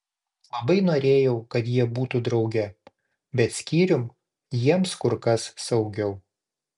labai norėjau kad jie būtų drauge bet skyrium jiems kur kas saugiau